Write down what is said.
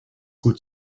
gut